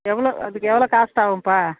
எவ்வளோ அதுக்கு எவ்வளோ காஸ்ட் ஆகும்ப்பா